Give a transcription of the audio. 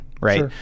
right